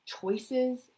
choices